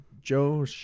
Joe